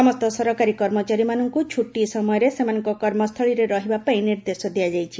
ସମସ୍ତ ସରକାରୀ କର୍ମଚାରୀମାନଙ୍କୁ ଛୁଟି ସମୟରେ ସେମାନଙ୍କ କର୍ମସ୍ଥଳୀରେ ରହିବାପାଇଁ ନିର୍ଦ୍ଦେଶ ଦିଆଯାଇଛି